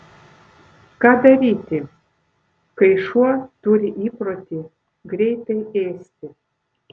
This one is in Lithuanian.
ką daryti kai šuo turi įprotį greitai ėsti